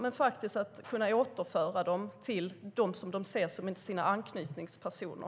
Man måste också kunna återföra barnen till dem som de ser som sina anknytningspersoner.